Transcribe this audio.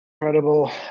Incredible